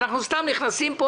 אנחנו סתם נכנסים פה